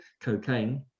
cocaine